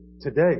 today